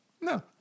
no